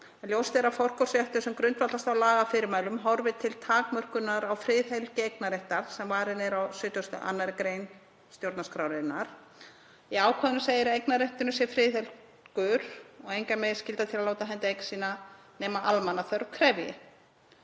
Ljóst er að forkaupsréttur sem grundvallast á lagafyrirmælum horfir til takmörkunar á friðhelgi eignarréttar sem varinn er af 72. gr. stjórnarskrárinnar. Í ákvæðinu segir að eignarrétturinn sé friðhelgur og engan megi skylda til að láta af hendi eign sína nema almenningsþörf krefji.